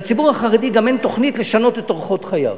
לציבור החרדי גם אין תוכנית לשנות את אורחות חייו.